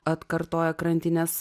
atkartoja krantinės